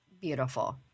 beautiful